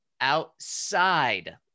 outside